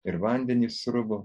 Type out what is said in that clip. ir vandenys sruvo